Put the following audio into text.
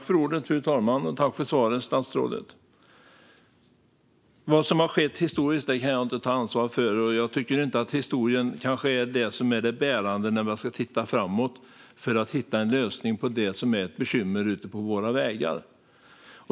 Fru talman! Tack, statsrådet, för svaret! Vad som har skett historiskt kan jag inte ta ansvar för. Jag tycker kanske inte att historien är det bärande när man ska titta framåt för att hitta en lösning på bekymmer ute på våra vägar.